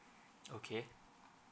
okay